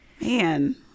man